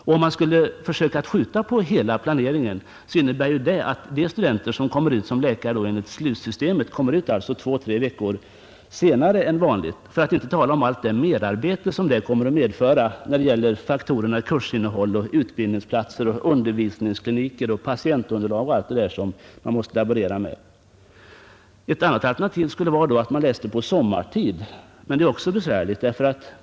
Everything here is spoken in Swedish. Om man skulle skjuta på hela planeringen innebär det också att de studenter som kommer ut som läkare enligt SLUS-systemet blir två tre veckor försenade — för att inte tala om allt det merarbete som det kommer att medföra när det gäller att förändra den uppgjorda planeringen med avseende på kursinnehåll, utbildningsplatser, undervisningskliniker, patientunderlag och allt detta som man måste ta hänsyn till. Ett annat alternativ skulle vara att läsa in det förlorade på sommartid, men det är också besvärligt.